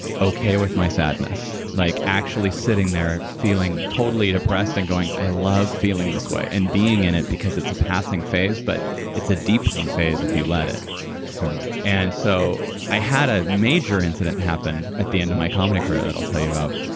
okay with my sadness. like actually sitting there feeling totally depressed and going, i love feeling this way, and being in it because it's a passing phase, but it's a deepening phase if you let it and so i had a major incident happen at the end of my comedy career that i'll tell you about.